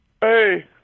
Hey